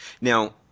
now